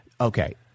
Okay